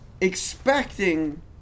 expecting